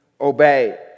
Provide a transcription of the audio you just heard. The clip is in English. Obey